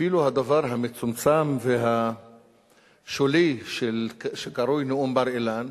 אפילו הדבר המצומצם והשולי שקרוי "נאום בר-אילן",